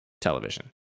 television